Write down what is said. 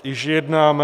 Již jednáme.